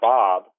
Bob